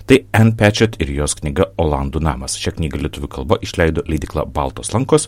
tai en pečet ir jos knyga olandų namas šią knygą lietuvių kalba išleido leidykla baltos lankos